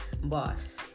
boss